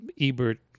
Ebert